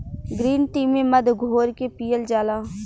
green tea में मध घोर के पियल जाला